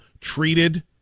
treated